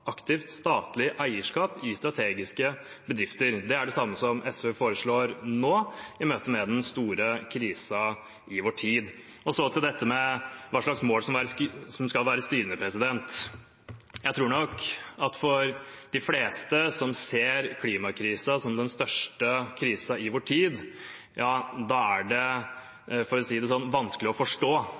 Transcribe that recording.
aktivt statlig eierskap i strategiske bedrifter. Det er det samme som SV foreslår nå, i møte med den store krisen i vår tid. Til spørsmålet om hva slags mål som skal være styrende: Jeg tror nok at for de fleste som ser på klimakrisen som den største krisen i vår tid, er det vanskelig å forstå at ikke også det